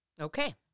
Okay